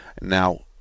Now